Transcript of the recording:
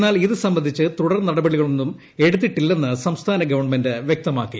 എന്നാൽ ഇത് സംബന്ധിച്ച് ്തുടർ നടപടികളൊന്നും എടുത്തിട്ടില്ലെന്ന് സംസ്ഥാന ഗവൺമെന്റ് വൃക്തമാക്കി